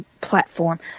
platform